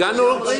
אומרים: